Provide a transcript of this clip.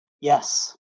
Yes